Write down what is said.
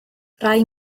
rai